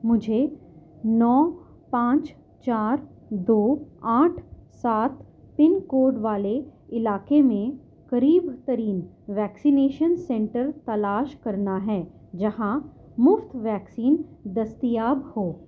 مجھے نو پانچ چار دو آٹھ سات پن کوڈ والے علاقے میں قریب ترین ویکسینیشن سنٹر تلاش کرنا ہے جہاں مفت ویکسین دستیاب ہوں